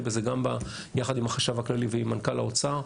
בזה יחד עם החשב הכללי ועם מנכ"ל האוצר.